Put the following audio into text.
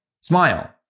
Smile